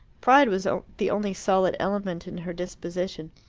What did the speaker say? pride was the only solid element in her disposition.